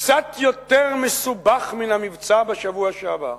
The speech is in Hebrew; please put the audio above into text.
קצת יותר מסובך מן המבצע בשבוע שעבר,